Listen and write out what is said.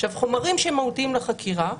חומרים שמהותיים לחקירה,